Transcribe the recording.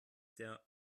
der